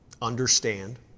Understand